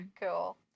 Cool